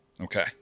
Okay